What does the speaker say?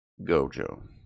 Gojo